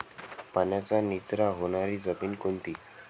पाण्याचा निचरा होणारी जमीन कोणती?